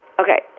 Okay